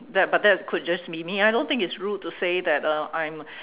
that but that could just be me I don't think it's rude say that uh I'm